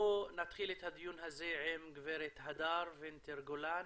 אנחנו נתחיל את הדיון הזה עם גב' הדר וינטר גולן.